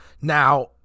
Now